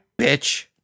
Bitch